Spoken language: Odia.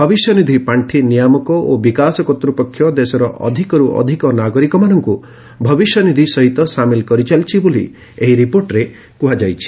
ଭବିଷ୍ୟନିଧି ପାଣ୍ଡି ନିୟାମକ ଓ ବିକାଶ କର୍ତ୍ତ୍ୱପକ୍ଷ ଦେଶର ଅଧିକର୍ତ ଅଧିକ ନାଗରିକଙ୍କ ଭବିଷ୍ୟନିଧି ସହିତ ସାମିଲ୍ କରିଚାଲିଛି ବୋଲି ମଧ୍ୟ ରିପୋର୍ଟରେ କୁହାଯାଇଛି